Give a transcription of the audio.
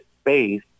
space